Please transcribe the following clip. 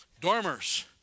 dormers